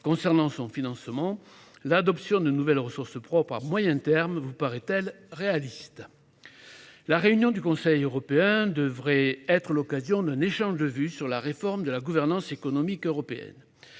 sujet de son financement, l'adoption de nouvelles ressources propres à moyen terme vous paraît-elle réaliste ? En ce qui concerne mon second sujet, la réunion du Conseil européen devrait être l'occasion d'un échange de vues sur la réforme de la gouvernance économique européenne.